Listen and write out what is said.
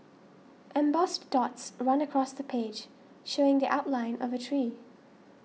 embossed dots run across the page showing the outline of a tree